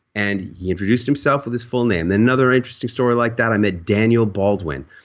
and he introduced himself with his full name another interesting story like that i met daniel baldwin.